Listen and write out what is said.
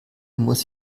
muss